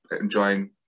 enjoying